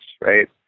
right